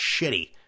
shitty